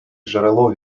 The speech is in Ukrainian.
джерело